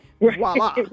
voila